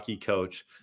coach